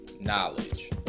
knowledge